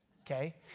okay